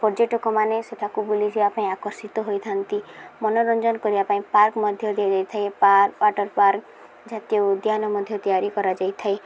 ପର୍ଯ୍ୟଟକମାନେ ସେଠାକୁ ବୁଲିଯିବା ପାଇଁ ଆକର୍ଷିତ ହୋଇଥାନ୍ତି ମନୋରଞ୍ଜନ କରିବା ପାଇଁ ପାର୍କ ମଧ୍ୟ ଦିଆଯାଇଥାଏ ପାର୍କ ୱାଟର ପାର୍କ ଜାତୀୟ ଉଦ୍ୟାନ ମଧ୍ୟ ତିଆରି କରାଯାଇଥାଏ